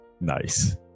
nice